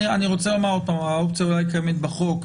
האופציה אולי קיימת בחוק,